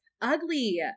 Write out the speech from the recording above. ugly